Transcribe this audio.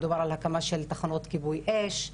מדובר על הקמת תחנות כיבוי אש.